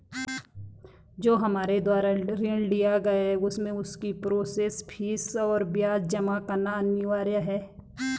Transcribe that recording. जो हमारे द्वारा ऋण लिया गया है उसमें उसकी प्रोसेस फीस और ब्याज जमा करना अनिवार्य है?